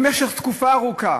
במשך תקופה ארוכה